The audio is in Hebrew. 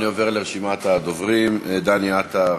אני עובר לרשימת הדוברים: דני עטר,